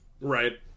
Right